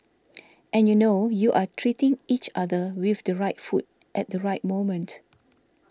and you know you are treating each other with the right food at the right moment